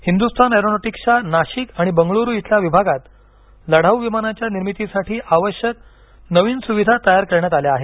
हिंदुस्तान एरोनॉटीक्सच्या नाशिक आणि बंगळूरू इथल्या विभागात लढाऊ विमानांच्या निर्मितीसाठी आवश्यक नवीन सुविधा तयार करण्यात आल्या आहेत